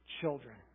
children